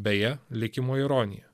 beje likimo ironija